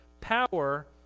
power